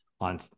on